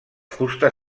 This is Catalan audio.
fusta